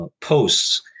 Posts